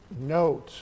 note